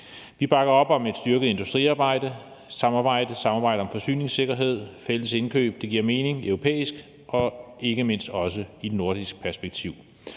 Vi bakker op om et styrket industrisamarbejde, samarbejde om forsyningssikkerhed og fælles indkøb. Det giver mening i europæisk og ikke mindst i nordisk perspektiv.